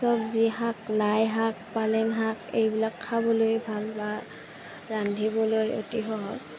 চবজী শাক লাই শাক পালেং শাক এইবিলাক খাবলৈ ভাল বা ৰান্ধিবলৈ অতি সহজ